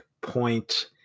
point